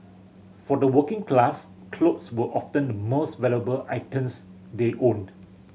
for the working class clothes were often the most valuable they owned